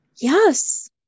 Yes